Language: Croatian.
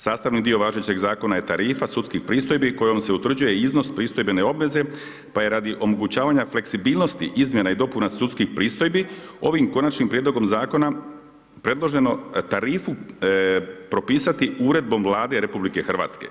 Sastavni dio važećeg zakona je Tarifa sudskih pristojbi kojom se utvrđuje iznos pristojbene obveze pa je radi omogućavanja fleksibilnosti izmjena i dopuna sudskih pristojbi ovim konačnim prijedlogom zakona predloženo tarifu propisati uredbom Vlade RH.